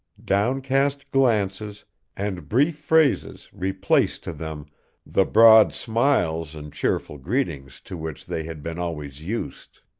downcast glances and brief phrases replaced to them the broad smiles and cheerful greetings to which they had been always used.